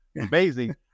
amazing